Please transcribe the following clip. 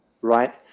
Right